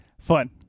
fun